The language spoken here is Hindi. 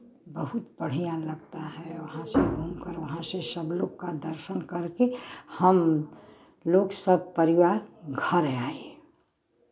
बहुत बढ़ियाँ लगता है वहाँ से घूमकर वहाँ से सब लोग का दर्शन करके हम लोग सब परिवार घर आएँ